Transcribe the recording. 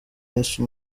yesu